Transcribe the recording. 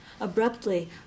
Abruptly